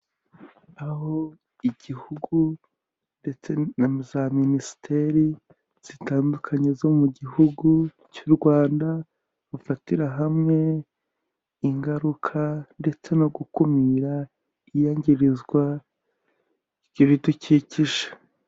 Aho igihugu ndetse na za minisiteri zitandukanye zo mu gihugu cy'u Rwanda, bafatira hamwe ingaruka ndetse no gukumira iyangirizwa ry'ibidukikije.